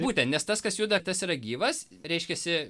būtent nes tas kas juda tas yra gyvas reiškiasi